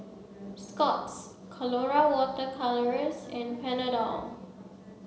Scott's Colora water colours and Panadol